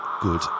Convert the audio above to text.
Good